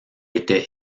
était